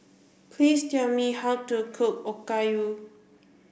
please tell me how to cook Okayu